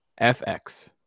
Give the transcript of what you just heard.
FX